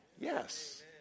Yes